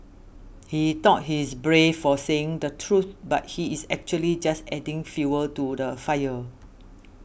he thought he is brave for saying the truth but he is actually just adding fuel to the fire